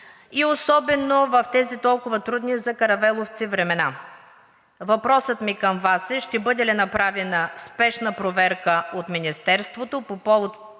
и особено в тези толкова трудни за каравеловци времена. Въпросът ми към Вас е: ще бъде ли направена спешна проверка от Министерството по повод